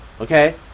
okay